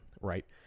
right